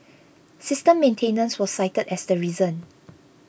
system maintenance was cited as the reason